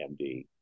MD